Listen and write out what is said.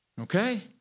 okay